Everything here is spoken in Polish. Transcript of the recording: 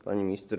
Pani Minister!